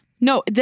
No